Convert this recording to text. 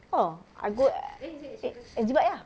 ah I go ek~ eh S_G bike ah